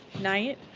night